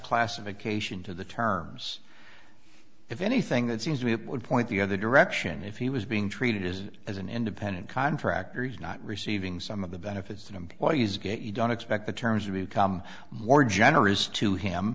classification to the terms if anything that seems to me it would point the other direction if he was being treated as as an independent contractor he's not receiving some of the benefits that employees get you don't expect the terms or become more generous to him